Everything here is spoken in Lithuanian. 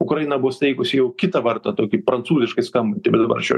ukraina bus teikusi jau kitą vardą tokį prancūziškai bet dabar aš jo